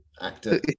actor